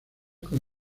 con